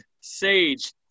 Sage